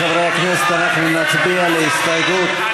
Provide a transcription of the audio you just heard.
חברי הכנסת, אנחנו נצביע על הסתייגות מס'